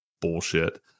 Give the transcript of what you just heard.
bullshit